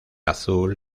azul